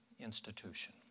institution